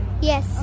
Yes